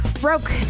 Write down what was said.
broke